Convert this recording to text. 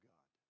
God